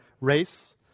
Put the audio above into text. race